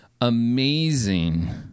Amazing